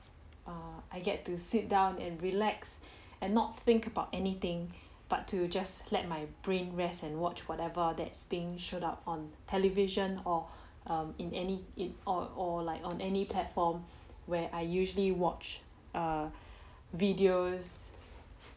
uh I get to sit down and relax and not think about anything but to just let my brain rest and watch whatever that's being showed up on television um in any it or or like on any platform where I usually watch err videos